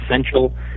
essential